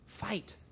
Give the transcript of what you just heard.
Fight